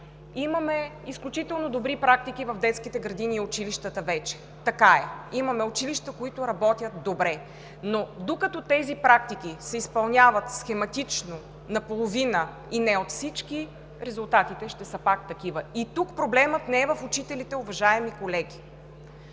Имаме изключително добри практики в детските градини и училищата вече – така е. Имаме училища, които работят добре, но докато тези практики се изпълняват схематично, наполовина и не от всички, резултатите ще са пак такива. И тук проблемът не е в учителите, уважаеми колеги.